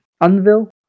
anvil